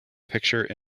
picture